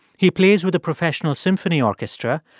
he plays with a professional symphony orchestra.